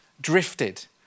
drifted